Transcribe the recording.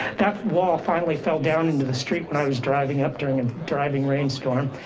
that wall finally fell down into the street when i was driving up during, a driving rainstorm.